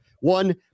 one